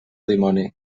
dimoni